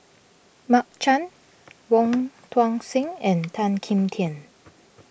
Mark Chan Wong Tuang Seng and Tan Kim Tian